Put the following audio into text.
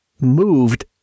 moved